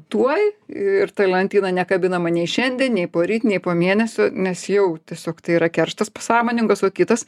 tuoj ir ta lentyna nekabinama nei šiandien nei poryt nei po mėnesio nes jau tiesiog tai yra kerštas pasąmoningas o kitas